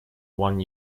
one